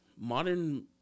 modern